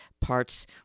parts